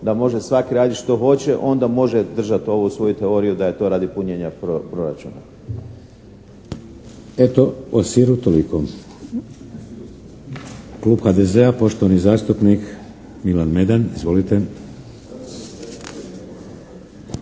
da može svaki raditi što hoće onda može držati ovu svoju teoriju da je to radi punjenja proračuna.